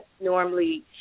normally